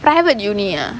private university ah